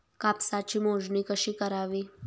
कापसाची मोजणी कशी करावी?